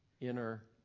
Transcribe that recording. inner